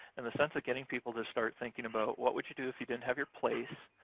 and the sense of getting people to start thinking about what would you do if you didn't have your place?